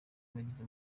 bagize